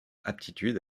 aptitude